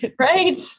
Right